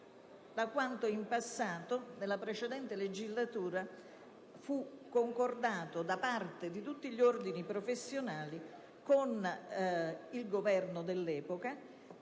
da quanto nella precedente legislatura fu concordato da parte di tutti gli ordini professionali con il Governo dell'epoca: